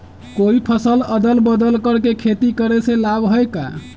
कोई फसल अदल बदल कर के खेती करे से लाभ है का?